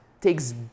takes